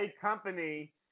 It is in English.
company